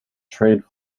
trade